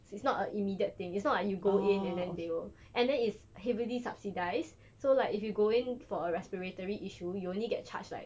is it's not a immediate thing it's not like you go in and then they will and then it is heavily subsidised so if you go in for a respiratory issue you'll only get charged like